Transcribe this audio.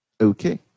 Okay